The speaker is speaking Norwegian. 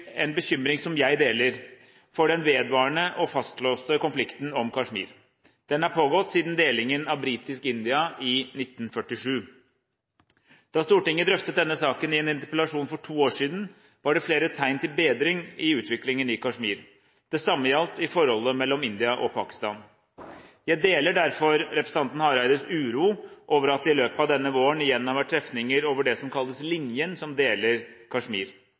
en bekymring, som jeg deler, for den vedvarende og fastlåste konflikten om Kashmir. Den har pågått siden delingen av britisk India i 1947. Da Stortinget drøftet denne saken i en interpellasjon for to år siden, var det flere tegn til bedring i utviklingen i Kashmir. Det samme gjaldt i forholdet mellom India og Pakistan. Jeg deler derfor representanten Hareides uro over at det i løpet av denne våren igjen har vært trefninger over det som kalles linjen, som deler Kashmir.